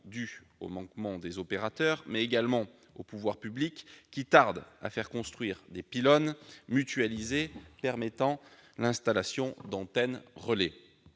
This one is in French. dû aux manquements des opérateurs, mais également aux pouvoirs publics, qui tardent à faire construire des pylônes mutualisés permettant l'installation d'antennes relais.